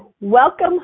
welcome